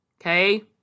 Okay